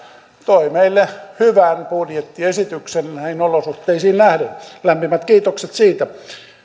toi meille hyvän budjettiesityksen näihin olosuhteisiin nähden lämpimät kiitokset siitä